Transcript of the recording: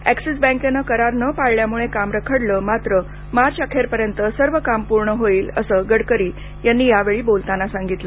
axis बॅंकेनं करार न पाळल्यामुळे काम रखडलं मात्र मार्चअखेरपर्यंत सर्व काम पूर्ण होईल असे गडकरी यांनी यावेळी बोलताना सांगितलं